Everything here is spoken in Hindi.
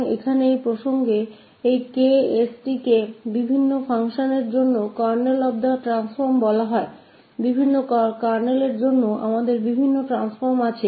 तो यहाँ इस संदर्भ में इस 𝐾𝑠 𝑡 को विभिन्न फंक्शन के लिए ट्रांसफ़ॉर्म का कर्नेल कहा जाता है विभिन्न कर्नेल के लिए हमारे पास अलग अलग ट्रांसफ़ॉर्म होते हैं